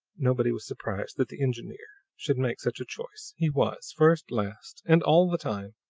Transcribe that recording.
nobody was surprised that the engineer should make such a choice he was, first, last, and all the time,